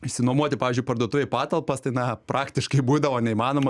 išsinuomoti pavyzdžiui parduotuvėj patalpas tai na praktiškai būdavo neįmanoma